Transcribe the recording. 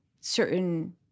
certain